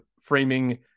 framing